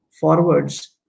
forwards